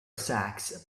sacks